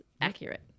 accurate